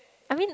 I mean